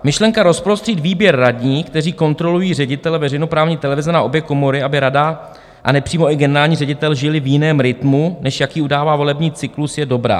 Myšlenka rozprostřít výběr radních, kteří kontrolují ředitele veřejnoprávní televize, na obě komory, aby rada a nepřímo i generální ředitel žili v jiném rytmu, než jaký udává volební cyklus, je dobrá.